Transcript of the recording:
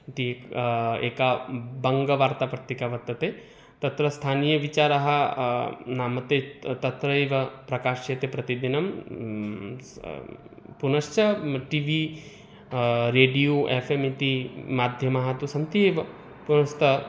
इति क् एका बङ्गवार्तापत्रिका वर्तते तत्र स्थानीयः विचारः नाम ते त् तत्रैव प्रकाश्यते प्रतिदिनं स् पुनश्च टिवि रेडियो एफ् एम् इति माध्यमाः तु सन्ति एव पुनस्तं